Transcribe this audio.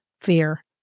fear